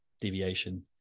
deviation